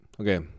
okay